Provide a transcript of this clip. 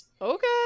Okay